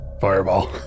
Fireball